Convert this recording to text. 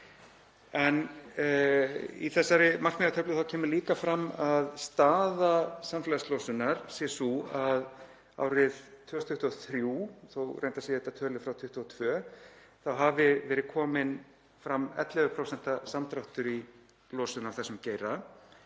Í þessari markmiðatöflu kemur líka fram að staða samfélagslosunar sé sú að árið 2023, þótt reyndar séu þetta tölur frá 2022, hafi verið kominn fram 11% samdráttur í losun í þessum geira.